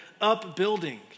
upbuilding